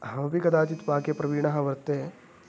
अहमपि कदाचित् पाके प्रवीणः वर्ते